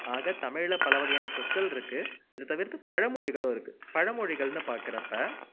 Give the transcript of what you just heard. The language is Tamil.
ஆக தமிழ்ல பல வகையான சொற்கள் இருக்குது இது தவிர்த்து பழமொழிகளும் இருக்குது பழமொழிகள்ன்னு பார்க்குறப்ப